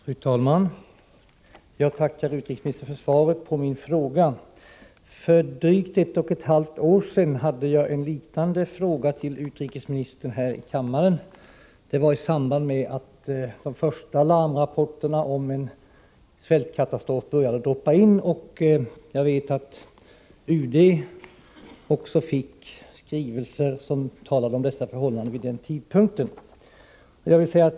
Fru talman! Jag tackar utrikesministern för svaret på min fråga. För drygt ett och ett halvt år sedan ställde jag en liknande fråga till utrikesministern i samband med att de första larmrapporterna om en svältkatastrof började droppa in. Jag vet att också UD fick skrivelser om dessa förhållanden vid den tidpunkten.